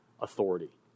authority